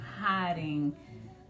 hiding